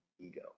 ego